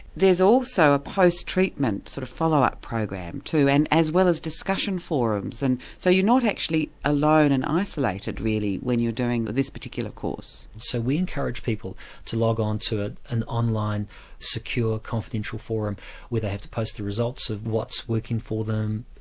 there's also a post-treatment, a sort of follow up program too, and as well as discussion forums, and so you're not actually alone and isolated really when you're doing this particular course. so we encourage people to log onto ah an online secure confidential forum where they have to post their results of what's working for them,